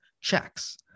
checks